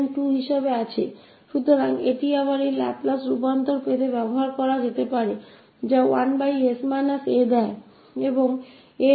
तो इसे फिर से उपयोग किआ जा सकता है इस लाप्लास ट्रांसफॉर्म को प्राप्त करने क लिए जो देगा 1s a और a 2 है